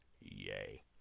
Yay